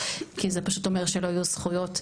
כי זה פשוט אומר שלא יהיו זכויות.